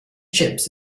chips